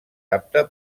apta